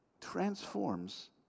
transforms